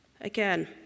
Again